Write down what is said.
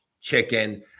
chicken